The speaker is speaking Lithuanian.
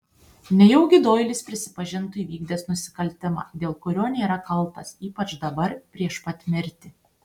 nejaugi doilis prisipažintų įvykdęs nusikaltimą dėl kurio nėra kaltas ypač dabar prieš pat mirtį